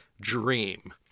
dream